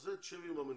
על זה תשב עם המנכ"ל.